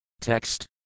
Text